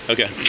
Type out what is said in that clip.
Okay